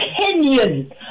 opinion